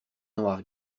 noir